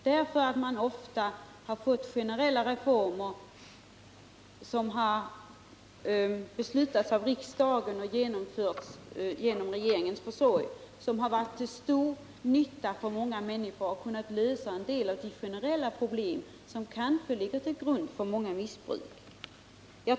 Vi har nämligen ofta fått generella reformer, som har beslutats av riksdagen och genomförts genom regeringens försorg och som har varit till stor nytta för många människor och kunnat lösa en del av de generella problem som kanske ligger till grund för mycket missbruk.